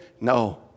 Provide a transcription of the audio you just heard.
No